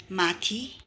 माथि